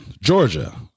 Georgia